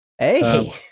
Hey